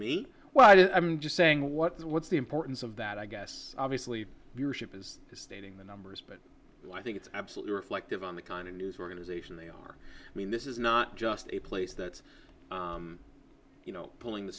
me well i'm just saying what the what's the importance of that i guess obviously your ship is stating the numbers but i think it's absolutely reflective on the kind of news organization they are i mean this is not just a place that you know pulling the